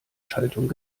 schaltung